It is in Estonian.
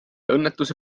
õnnetuse